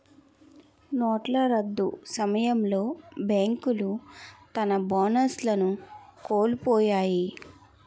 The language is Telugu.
నోట్ల రద్దు సమయంలో బేంకులు తన బోనస్లను కోలుపొయ్యాయి